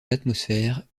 l’atmosphère